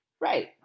Right